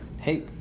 Hey